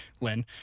Lynn